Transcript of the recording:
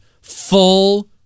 full